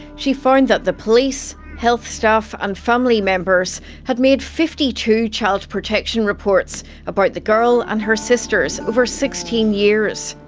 she found that the police, health staff and family members had made fifty two child protection reports about the girl and her sisters over sixteen years.